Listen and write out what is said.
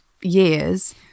years